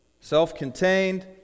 Self-contained